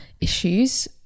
issues